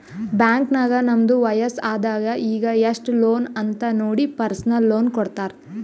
bank ನಾಗ್ ನಮ್ದು ವಯಸ್ಸ್, ಆದಾಯ ಈಗ ಎಸ್ಟ್ ಲೋನ್ ಅಂತ್ ನೋಡಿ ಪರ್ಸನಲ್ ಲೋನ್ ಕೊಡ್ತಾರ್